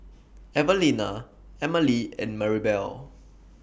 Evelena Emely and Maribel